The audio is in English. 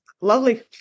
Lovely